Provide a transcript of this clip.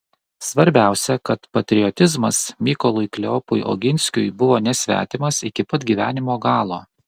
svarbiausia kad patriotizmas mykolui kleopui oginskiui buvo nesvetimas iki pat gyvenimo galo